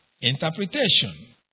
interpretation